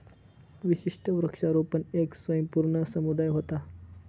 विशिष्ट वृक्षारोपण येक स्वयंपूर्ण समुदाय व्हता